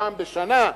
פעם בשנה,